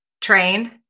train